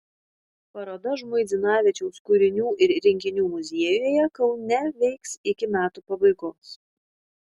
paroda žmuidzinavičiaus kūrinių ir rinkinių muziejuje kaune veiks iki metų pabaigos